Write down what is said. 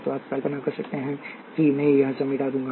तो आप कल्पना कर सकते हैं कि मैं यह सब मिटा दूं